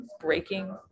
breaking